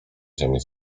ziemi